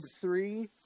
three